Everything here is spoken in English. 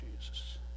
Jesus